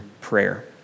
prayer